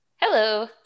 Hello